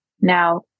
now